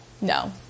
No